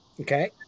Okay